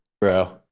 bro